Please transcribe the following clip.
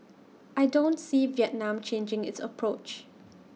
I don't see Vietnam changing its approach